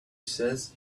says